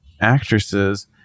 actresses